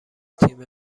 تیم